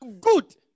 good